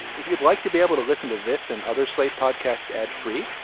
if you'd like to be able to listen to this and other slate podcasts ad free,